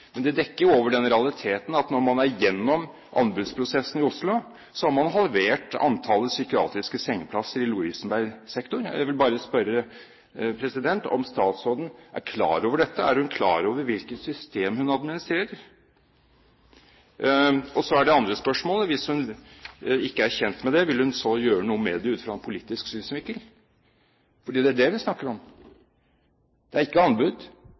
men det dekker jo over den realiteten at når man er igjennom anbudsprosessen i Oslo, har man halvert antallet psykiatriske sengeplasser i Lovisenberg-sektoren. Jeg vil bare spørre om statsråden er klar over dette. Er hun klar over hvilket system hun administrerer? Så er det det andre spørsmålet: Hvis hun ikke er kjent med det, vil hun gjøre noe med det ut fra en politisk synsvinkel? For det er det vi snakker om. Det er ikke anbud,